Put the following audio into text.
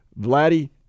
Vladdy